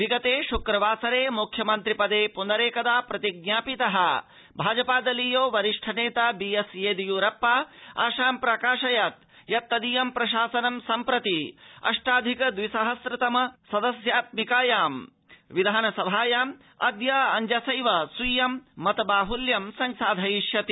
विगते शुक्रवासरे मुख्यमन्त्रि पदे पुनरेकदा प्रतिज्ञापितः भाजपा दलीयो वरिष्ठ नेता बीएस ेवियुरप्पा आशां प्राकाशयत् यत्तदीयं प्रशासनं सम्प्रति अष्टाधिक द्विशत सदस्यात्मिकायां विधानसभायाम अद्य अज्जसैव स्वीयं मत बाहुल्यं संसाधयिष्यति